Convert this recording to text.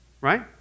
right